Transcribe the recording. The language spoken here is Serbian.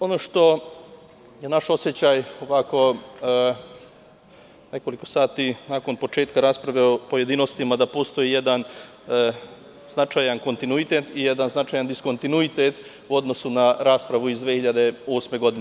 Ono što je naš osećaj je, ovako nekoliko sati nakon početka rasprave u pojedinostima, da postoji jedan značajan kontinuitet i jedan značajan diskontinuitet u odnosu na raspravu iz 2008. godine.